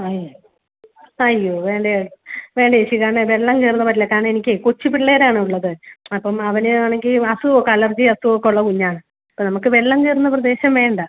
അയ് അയ്യോ വേണ്ട വേണ്ട ചേച്ചി കാരണം വെള്ളം കയറുന്നത് പറ്റില്ല കാരണം എനിക്ക് കൊച്ചു പിള്ളേരാണ് ഉള്ളത് അപ്പം അവന് ആണെങ്കിൽ അസുഖം അലർജിയോ അസുഖം ഒക്കെ ഉള്ള കുഞ്ഞാണ് അപ്പോൾ നമുക്ക് വെള്ളം കയറുന്ന പ്രദേശം വേണ്ട